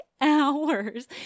hours